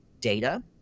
data